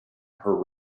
her